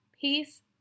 peace